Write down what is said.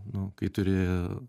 nu kai turi